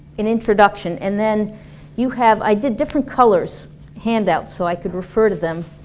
an introduction. and then you have i did different colors handouts, so i could refer to them.